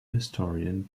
historian